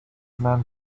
man